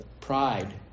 pride